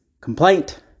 complaint